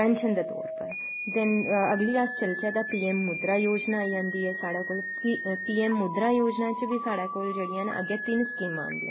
pension दै तौर पर दैन्न अगर अस चलचै तां पी ऐम मुदरा योजना आई जंदी ऐ साढ़ै कोल पी ऐम मुदरा योजना च बी साढ़ै कोल जेह्ड़ियां न अग्गैं तिन्न स्कीमां आंदियां न